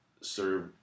serve